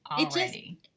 already